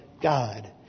God